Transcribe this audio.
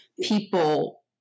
people